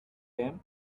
him